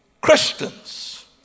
Christians